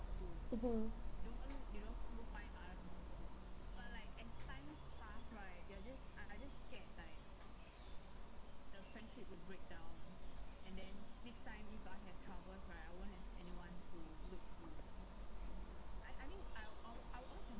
mmhmm